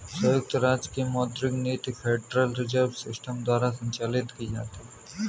संयुक्त राज्य की मौद्रिक नीति फेडरल रिजर्व सिस्टम द्वारा संचालित की जाती है